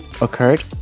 occurred